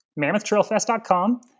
mammothtrailfest.com